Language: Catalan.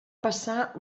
passar